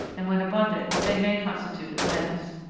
and when abundant they may constitute a menace.